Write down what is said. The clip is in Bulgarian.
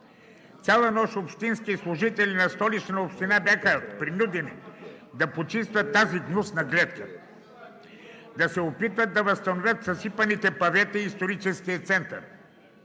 Цяла нощ общински служители на Столичната община бяха принудени да почистват тази гнусна гледка, да се опитват да възстановят съсипаните павета в историческия център